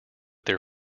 their